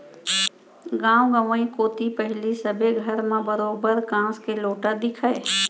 गॉंव गंवई कोती पहिली सबे घर म बरोबर कांस के लोटा दिखय